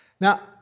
Now